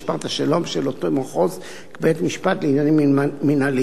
השלום של אותו מחוז כבית-משפט לעניינים מינהליים.